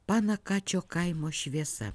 panakačio kaimo šviesa